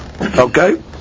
Okay